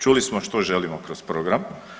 Čuli smo što želimo kroz program.